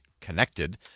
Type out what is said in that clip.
connected